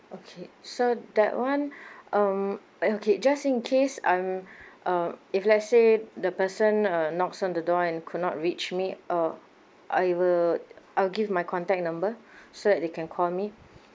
okay so that one um okay just in case I'm uh if let's say the person uh knocks on the door and could not reach me uh I will I'll give my contact number so that they can call me